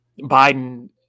Biden